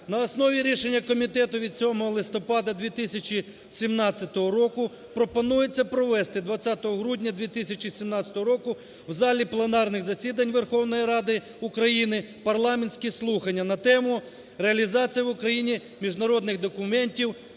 на основі рішення комітету від 7 листопада 2017 року пропонується провести 20 грудня 2017 року в залі пленарних засідань Верховної Ради України парламентські слухання на тему: "Реалізація в Україні міжнародних документів